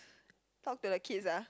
talk to the kids ah